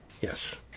Yes